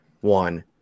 one